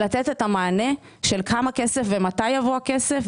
לתת את המענה של כמה כסף ומתי יבוא הכסף,